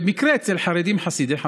במקרה אצל חרדים חסידי חב"ד.